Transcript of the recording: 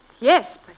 Yes